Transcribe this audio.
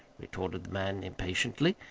retorted the man impatiently.